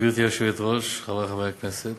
גברתי היושבת-ראש, תודה, חברי חברי הכנסת,